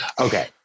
Okay